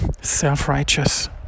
self-righteous